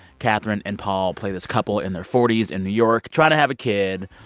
kathryn and paul play this couple in their forty s in new york trying to have a kid.